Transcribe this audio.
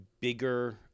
bigger